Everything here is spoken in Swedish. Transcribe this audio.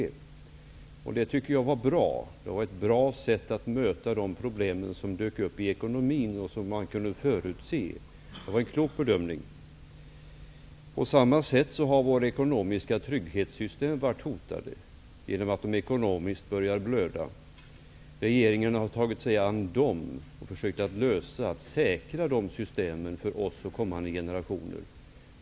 Jag tycker att det var en klok bedömning och ett bra sätt att möta de problem som dök upp i ekonomin och dem som man kunde förutse. Också våra ekonomiska trygghetssystem har varit hotade och börjat blöda. Regeringen har tagit sig an uppgiften att försöka säkra de systemen för oss och för kommande generationer.